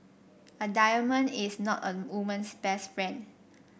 a diamond is not a woman's best friend